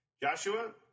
Joshua